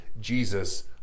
Jesus